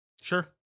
Sure